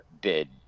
bid